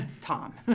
Tom